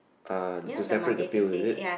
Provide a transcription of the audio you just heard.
uh to separate the pill is it